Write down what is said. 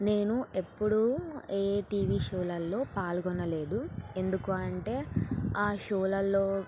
నేను ఎప్పుడూ ఏ టీవీ షోలల్లో పాల్గొనలేదు ఎందుకు అంటే ఆ షోలల్లో